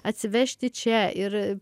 atsivežti čia ir